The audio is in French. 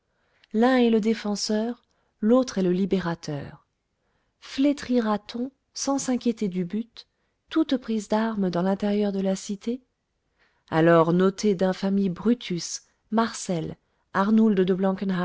l'un est le défenseur l'autre est le libérateur flétrira t on sans s'inquiéter du but toute prise d'armes dans l'intérieur de la cité alors notez d'infamie brutus marcel arnould